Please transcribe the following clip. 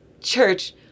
church